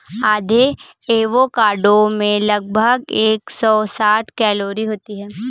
आधे एवोकाडो में लगभग एक सौ साठ कैलोरी होती है